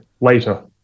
Later